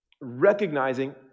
recognizing